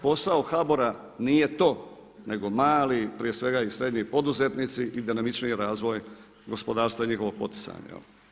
Posao HBOR-a nije to, nego mali prije svega i srednji poduzetnici i dinamičniji razvoj gospodarstva i njihovog poticanja.